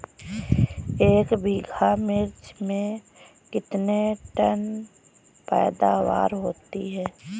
एक बीघा मिर्च में कितने टन पैदावार होती है?